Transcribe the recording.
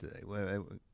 today